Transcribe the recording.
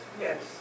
Yes